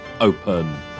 open